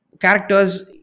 characters